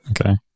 Okay